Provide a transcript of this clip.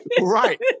right